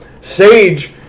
Sage